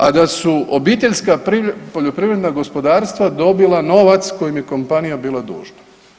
A da su obiteljska poljoprivredna gospodarstva dobila novac kojim je kompanija bila dužna.